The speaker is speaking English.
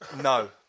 no